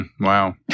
Wow